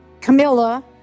Camilla